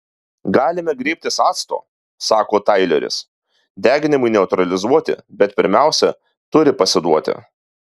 galime griebtis acto sako taileris deginimui neutralizuoti bet pirmiausia turi pasiduoti